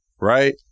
right